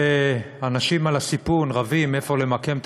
ואנשים על הסיפון רבים איפה למקם את